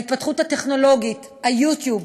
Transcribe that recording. ההתפתחות הטכנולוגית, יוטיוב